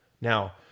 Now